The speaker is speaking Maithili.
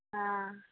हँ